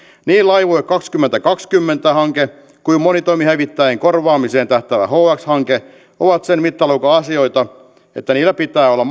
niin laivue kaksituhattakaksikymmentä hanke kuin monitoimihävittäjien korvaamiseen tähtäävä hx hanke ovat sen mittaluokan asioita että niillä pitää olla